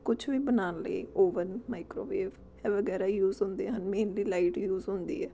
ਕੁਛ ਵੀ ਬਣਾਉਣ ਲਈ ਓਵਨ ਮਾਈਕਰੋਵੇਵ ਇਹ ਵਗੈਰਾ ਯੂਜ ਹੁੰਦੇ ਹਨ ਮੇਨਲੀ ਲਾਈਟ ਯੂਜ ਹੁੰਦੀ ਹੈ